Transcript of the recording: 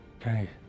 Okay